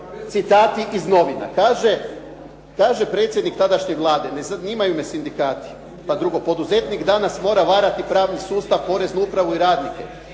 citati iz novina, kaže, kaže predsjednik tadašnje Vlade: "ne zanimaju me sindikati", pa drugo "poduzetnik danas mora varati pravni sustav, poreznu upravu i radnike",